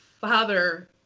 father